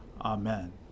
Amen